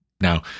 Now